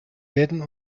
werden